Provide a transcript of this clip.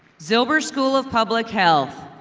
zilber school of public health.